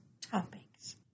topics